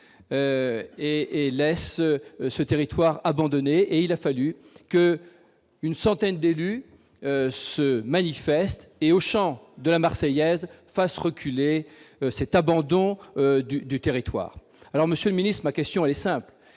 et laisse ce territoire abandonné et il a fallu que une centaine d'élus se manifeste et au Champ de la Marseillaise fasse reculer cette abandon du du territoire alors Monsieur le ministre ma question est simple